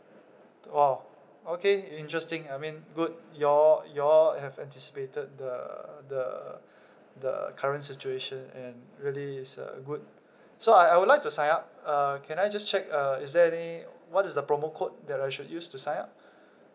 to !wow! okay interesting I mean good you all you all have anticipated the the the current situation and really it's a good so I I would like to sign up uh can I just check uh is there any what is the promo code that I should use to sign up